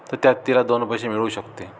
तर त्यात तिला दोन पैसे मिळू शकते